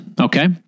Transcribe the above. okay